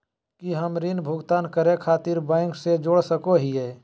की हम ऋण भुगतान करे खातिर बैंक से जोड़ सको हियै?